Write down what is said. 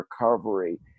recovery